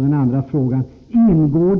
Den andra frågan lyder: Ingår